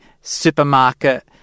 supermarket